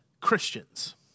Christians